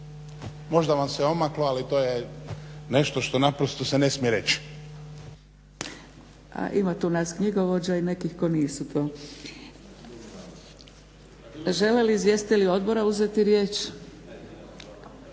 možda vam se omaklo, ali to je nešto što naprosto se ne smije reć.